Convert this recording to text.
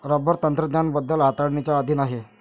rubber तंत्रज्ञान बदल हाताळणीच्या अधीन आहे